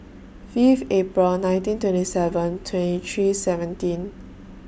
Fifth April nineteen twenty seven twenty three seventeen